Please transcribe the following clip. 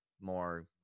more